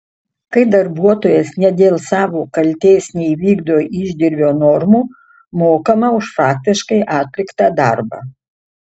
kai darbuotojas ne dėl savo kaltės neįvykdo išdirbio normų mokama už faktiškai atliktą darbą